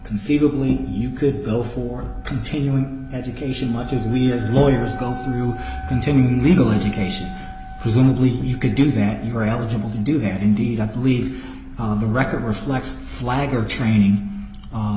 conceivably you could bill for continuing education much as we as lawyers go through continuing legal education presumably you could do that you are eligible to do have indeed i believe the record reflects flagger training